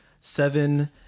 seven